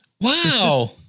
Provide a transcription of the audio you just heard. Wow